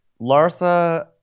Larsa